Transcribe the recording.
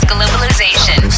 Globalization